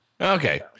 Okay